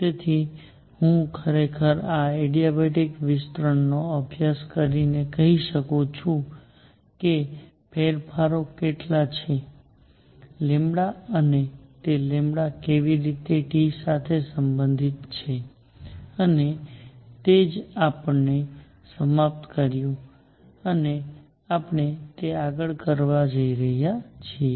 તેથી હું ખરેખર આ એડિયાબેટિક વિસ્તરણનો અભ્યાસ કરીને કહી શકું છું કે ફેરફારો કેટલા છે અને તે કેવી રીતે T સાથે સંબંધિત છે અને તે જ આપણે સમાપ્ત કર્યું અને આપણે તે આગળ કરવા જઈ રહ્યા છીએ